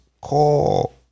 call